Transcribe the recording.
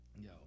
Yo